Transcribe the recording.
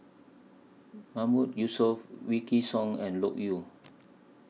Mahmood Yusof Wykidd Song and Loke Yew